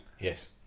Yes